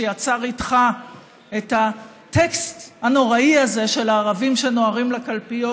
שיצר איתך את הטקסט הנוראי הזה של ערבים שנוהרים לקלפיות,